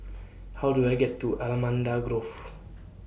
How Do I get to Allamanda Grove